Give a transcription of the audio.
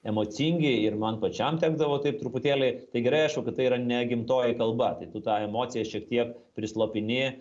emocingi ir man pačiam tekdavo taip truputėlį tai gerai aišku kad tai yra ne gimtoji kalba tai tu tą emociją šiek tiek prislopini